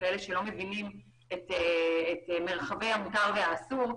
לכאלה שלא מבינים את מרחבי המותר והאסור.